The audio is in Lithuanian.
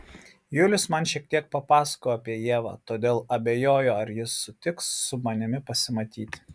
julius man šiek tiek papasakojo apie ievą todėl abejoju ar ji sutiks su manimi pasimatyti